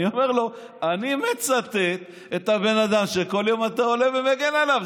אני אומר לו: אני מצטט את הבן אדם שבכל יום אתה עולה ומגן עליו,